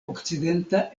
okcidenta